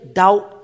doubt